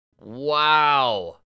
Wow